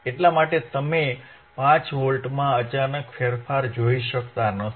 એટલા માટે તમે 5 વોલ્ટમાં અચાનક ફેરફાર જોઈ શકતા નથી